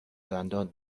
دندان